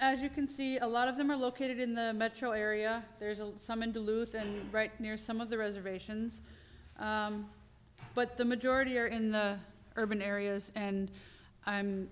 as you can see a lot of them are located in the metro area there's a some in duluth and right near some of the reservations but the majority are in the urban areas and i'm